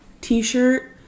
t-shirt